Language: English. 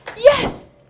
yes